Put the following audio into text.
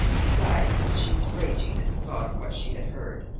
besides, she was raging at the thought of what she had heard,